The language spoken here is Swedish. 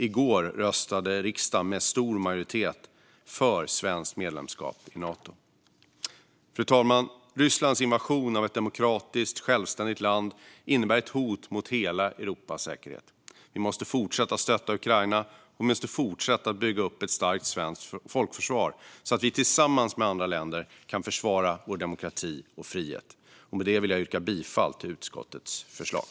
I går röstade riksdagen med stor majoritet för ett svenskt medlemskap i Nato. Fru talman! Rysslands invasion av ett demokratiskt, självständigt land innebär ett hot mot hela Europas säkerhet. Vi måste fortsätta stötta Ukraina, och vi måste fortsätta bygga upp ett starkt svenskt folkförsvar så att vi tillsammans med andra länder kan försvara vår demokrati och frihet. Med detta vill jag yrka bifall till utskottets förslag.